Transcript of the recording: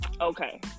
Okay